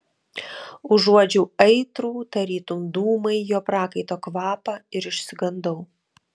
užuodžiau aitrų tarytum dūmai jo prakaito kvapą ir išsigandau